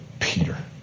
Peter